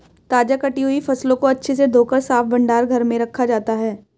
ताजा कटी हुई फसलों को अच्छे से धोकर साफ भंडार घर में रखा जाता है